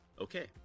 Okay